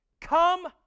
Come